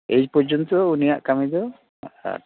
ᱮᱭ ᱯᱨᱚᱡᱚᱱᱛᱚ ᱩᱱᱤᱭᱟᱜ ᱠᱟᱹᱢᱤ ᱫᱚ